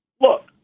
look